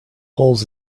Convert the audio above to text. holes